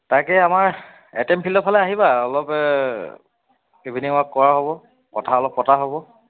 তাকে আমাৰ A T M ফিল্ডৰ ফালে আহিবা অলপ ইভিনিং ৱাক কৰাও হ'ব কথা অলপ পতাও হ'ব